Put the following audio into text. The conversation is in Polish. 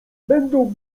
będą